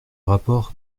rapport